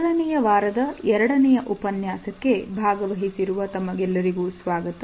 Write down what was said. ಮೊದಲನೆಯ ವಾರದ ಎರಡನೆಯ ಉಪನ್ಯಾಸಕ್ಕೆ ಭಾಗವಹಿಸಿರುವ ತಮಗೆಲ್ಲರಿಗೂ ಸ್ವಾಗತ